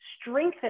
strengthen